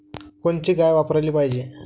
कोनची गाय वापराली पाहिजे?